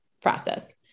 process